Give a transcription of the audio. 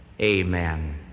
amen